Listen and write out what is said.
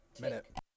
minute